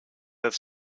have